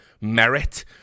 merit